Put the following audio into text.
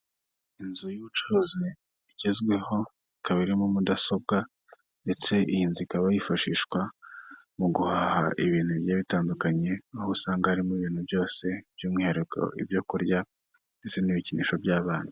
Inzu y'ubucuruzi igezweho, ikaba irimo mudasobwa ndetse iyi nzu ikaba yifashishwa mu guhaha ibintu bigiye bitandukanye, aho usanga harimo ibintu byose, by'umwihariko ibyo kurya ndetse n'ibikinisho by'abana.